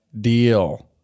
deal